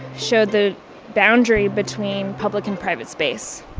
showed the boundary between public and private space